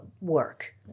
work